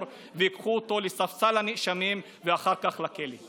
וייקחו אותו לספסל הנאשמים ואחר כך לכלא.